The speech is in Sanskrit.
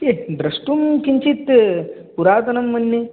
ये द्रष्टुं किञ्चित् पुरातनं मन्ये